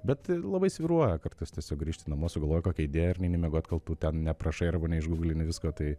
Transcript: bet labai svyruoja kartais tiesiog grįžti namo sugalvoji kokią idėją ir neini miegot kol tu ten neaprašai arba neišgūglini visko tai